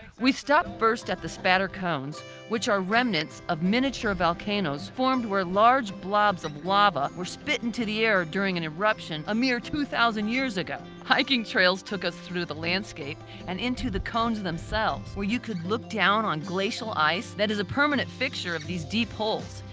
we stopped first at the spatter cones which are remnants of miniature volcanos formed where large globs of lava were spit up into the air during an eruption a mere two thousand years ago. hiking trails took us to the landscape and into the cones themselves where you could look down on glacial ice that is a permanent fixture of these deep holes.